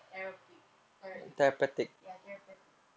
therapic there like ya therapeutic